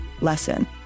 lesson